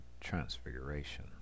Transfiguration